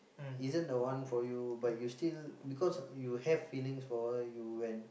isn't the one for you but you still because you have feelings for her you then